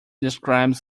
describes